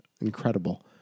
Incredible